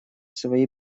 свои